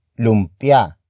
Lumpia